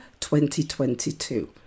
2022